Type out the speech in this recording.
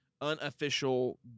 unofficial